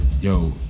yo